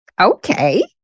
okay